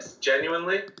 genuinely